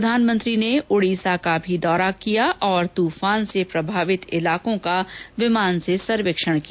प्रधानमंत्री ने उड़ीसा का भी दौरा किया और तूफान से प्रभावित इलाकों का विमान से सर्वेक्षण किया